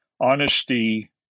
honesty